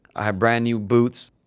i had brand new boots.